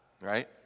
right